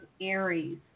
Aries